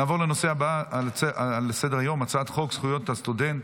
נעבור לנושא הבא שעל סדר-היום: הצעת חוק זכויות הסטודנט